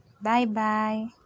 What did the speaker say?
Bye-bye